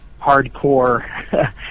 hardcore